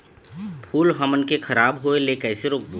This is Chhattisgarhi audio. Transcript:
फूल हमन के खराब होए ले कैसे रोकबो?